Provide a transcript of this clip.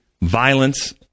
violence